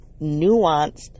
nuanced